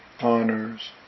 honors